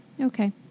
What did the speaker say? Okay